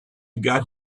got